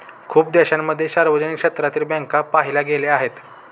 खूप देशांमध्ये सार्वजनिक क्षेत्रातील बँका पाहिल्या गेल्या आहेत